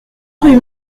rue